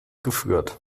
geführt